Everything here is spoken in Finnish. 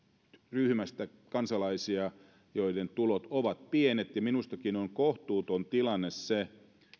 ryhmästä kansalaisia joiden tulot ovat pienet ja minustakin on kohtuuton tilanne se